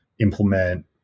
implement